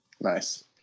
Nice